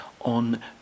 on